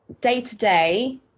day-to-day